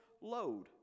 load